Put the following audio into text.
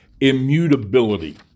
immutability